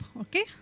okay